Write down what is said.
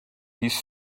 his